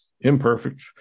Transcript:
imperfect